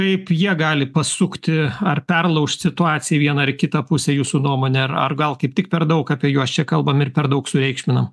kaip jie gali pasukti ar perlaužt situaciją į vieną ar į kitą pusę jūsų nuomone ar gal kaip tik per daug apie juos čia kalbam ir per daug sureikšminam